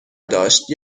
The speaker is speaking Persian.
داشت